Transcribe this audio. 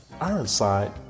Ironside